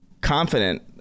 confident